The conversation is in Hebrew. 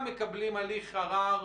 אז קודם כל צריך לעשות רישום.